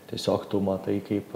tiesiog tu matai kaip